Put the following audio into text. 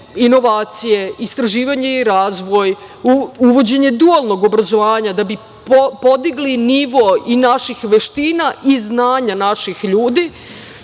inovacije, istraživanje i razvoj, u uvođenje dualnog obrazovanja da bi podigli nivo i naših veština i znanja naših ljudi,